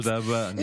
תודה רבה.